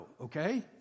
okay